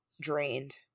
drained